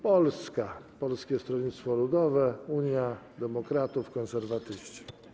Polska - Polskie Stronnictwo Ludowe, unia demokratów, Konserwatyści.